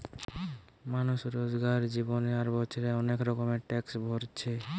মানুষ রোজকার জীবনে আর বছরে অনেক রকমের ট্যাক্স ভোরছে